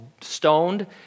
stoned